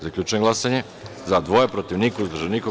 Zaključujem glasanje: za – jedan, protiv – niko, uzdržan – niko.